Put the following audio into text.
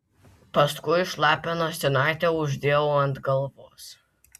paskui šlapią nosinaitę uždėjau ant galvos